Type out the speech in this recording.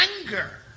anger